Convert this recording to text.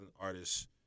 artists